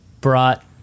brought